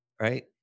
right